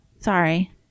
Sorry